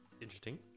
Interesting